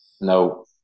No